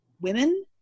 women